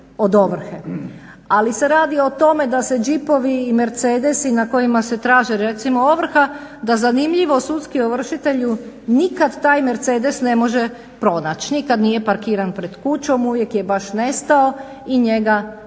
Ali se radi o tome da se džipovi i mercedesi na kojima se traži recimo ovrha da zanimljivo sudski ovršitelj nikad taj mercedes ne može pronaći, nikad nije parkiran pred kućom, uvijek je baš nestao i njega nikad